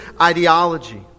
ideology